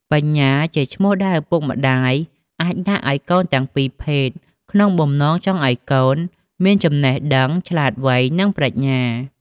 បញ្ញាជាឈ្មោះដែលឪពុកម្តាយអាចដាក់ឲ្យកូនទាំងពីរភេទ ក្នុងបំណងចង់ឲ្យកូនមានចំណេះដឹង ឆ្លាតវៃ និង ប្រាជ្ញា។